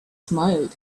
smiled